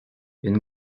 une